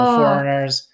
foreigners